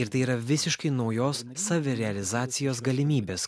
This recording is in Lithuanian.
ir tai yra visiškai naujos savirealizacijos galimybės